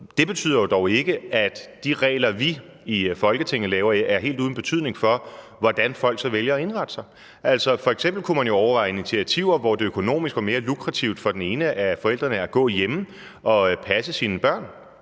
Det betyder dog ikke, at de regler, vi i Folketinget laver, er helt uden betydning for, hvordan folk så vælger at indrette sig. Altså, f.eks. kunne man jo overveje initiativer, hvor det økonomisk var mere lukrativt for den ene af forældrene at gå hjemme og passe sine børn